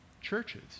churches